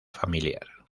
familiar